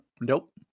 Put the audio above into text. nope